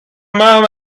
moment